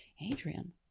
Adrian